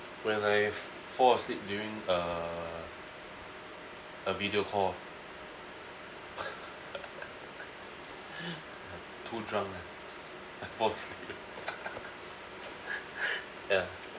when I fall asleep during a a video call too drunk ah I fall asleep ya